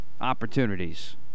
opportunities